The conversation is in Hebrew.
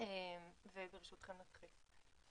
וברשותכם אתחיל.